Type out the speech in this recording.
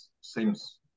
seems